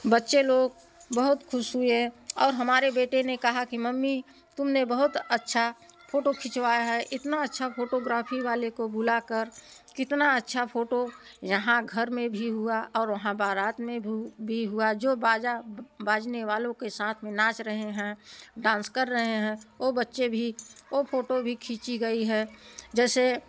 बच्चे लोग बहुत ख़ुश हुए और हमारे बेटे ने कहा कि मम्मी तुमने बहुत अच्छा फ़ोटो खिंचवाया है इतना अच्छा फ़ोटोग्राफ़ी वाले को बुलाकर कितना अच्छा फ़ोटो यहाँ घर में भी हुआ और वहाँ बारात में भु भी हुआ जो बाजा बाजने वालो के साथ में नाच रहें हैं डांस कर रहें हैं ओ बच्चे भी ओ फ़ोटो भी खींची गई है जैसे